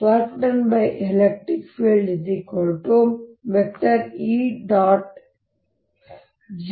work done by electric fieldE